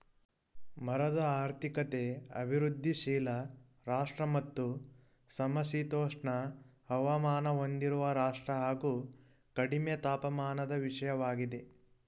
ಮರದ ಆರ್ಥಿಕತೆ ಅಭಿವೃದ್ಧಿಶೀಲ ರಾಷ್ಟ್ರ ಮತ್ತು ಸಮಶೀತೋಷ್ಣ ಹವಾಮಾನ ಹೊಂದಿರುವ ರಾಷ್ಟ್ರ ಹಾಗು ಕಡಿಮೆ ತಾಪಮಾನದ ವಿಷಯವಾಗಿದೆ